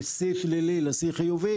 משיא שלילי לשיא חיובי.